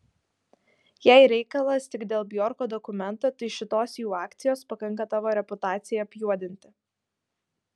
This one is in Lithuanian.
jei reikalas tik dėl bjorko dokumento tai šitos jų akcijos pakanka tavo reputacijai apjuodinti